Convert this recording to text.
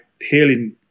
healing